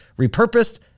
repurposed